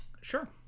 Sure